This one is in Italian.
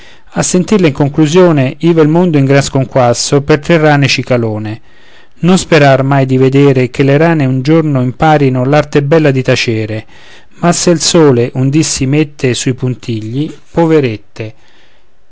a sentirle in conclusione iva il mondo in gran sconquasso per tre rane cicalone non sperar mai di vedere che le rane un giorno imparino l'arte bella di tacere ma se il sole un dì si mette sui puntigli poverette